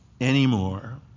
anymore